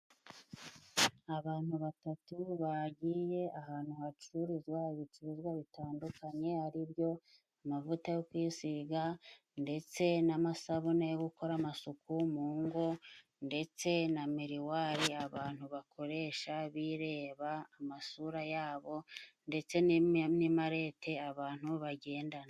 Abantu batatu bagiye ahantu hacururizwa ibicuruzwa bitandukanye ari byo, amavuta yo kwisiga ndetse n'amasabune yo gukora amasuku mu ngo, ndetse na miriwari abantu bakoresha bireba amasura yabo, ndetse n'imarete abantu bagendana.